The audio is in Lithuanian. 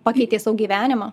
pakeitė savo gyvenimą